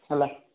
ହେଲା